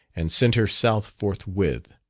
and sent her south forthwith.